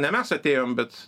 ne mes atėjom bet